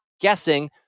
guessing